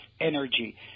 energy